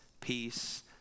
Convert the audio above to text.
peace